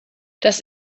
das